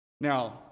Now